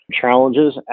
challenges